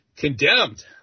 condemned